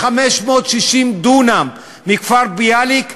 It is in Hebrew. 560 דונם מכפר-ביאליק,